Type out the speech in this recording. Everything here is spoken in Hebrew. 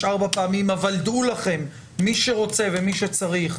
4 פעמים אבל דעו לכם מי שרוצה וצריך,